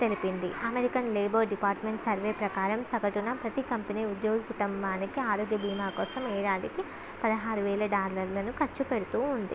తెలిపింది American labour department survey ప్రకారం సగటున ప్రతి కంపెనీ ఉద్యోగ కుటుంబానికి ఆరోగ్య భీమా కోసం ఏడాదికి పదహారువేల డాలర్లను ఖర్చు పెడుతూ ఉంది